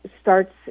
starts